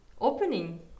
opening